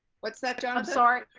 what's that down. i'm sorry.